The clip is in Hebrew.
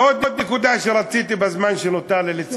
ועוד נקודה שרציתי לציין בזמן שנותר לי.